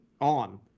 on